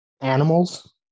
animals